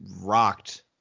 rocked